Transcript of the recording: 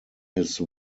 his